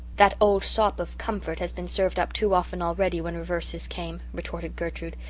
that old sop of comfort has been served up too often already when reverses came, retorted gertrude.